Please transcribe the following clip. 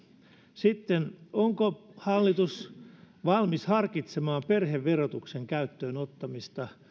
sitten onko hallitus valmis harkitsemaan perheverotuksen käyttöön ottamista